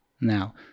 now